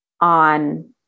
on